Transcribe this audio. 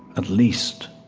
at least,